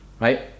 right